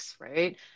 right